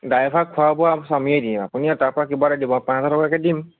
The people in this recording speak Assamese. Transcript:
ড্ৰাইভাৰৰ খোৱা বোৱা চব আমিয়েই দিম আপুনি তাৰ পৰা কিবা এটা দিব পাঁচ হাজাৰ টকাকৈ দিম